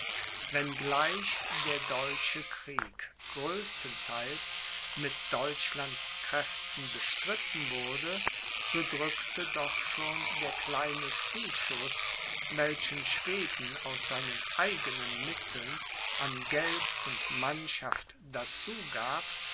gleich der deutsche krieg größtenteils mit deutschlands kräften bestritten wurde so drückte doch schon der kleine zuschuß welchen schweden aus seinen eigenen mitteln an geld und mannschaft dazu gab